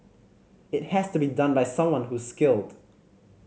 it has to be done by someone who's skilled